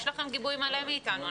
יש לכם גיבוי מלא מאתנו.